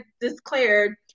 declared